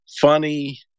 funny